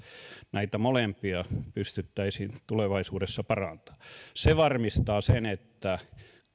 näitä molempia pystyttäisiin tulevaisuudessa parantamaan se varmistaa sen että